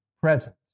presence